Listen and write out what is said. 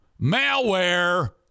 malware